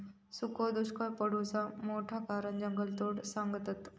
सुखो दुष्काक पडुचा मोठा कारण जंगलतोड सांगतत